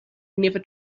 never